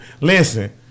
listen